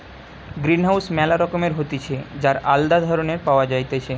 greenhouse ম্যালা রকমের হতিছে যার আলদা ধরণ পাওয়া যাইতেছে